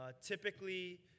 typically